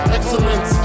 Excellence